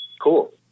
Cool